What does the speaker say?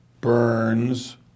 Burns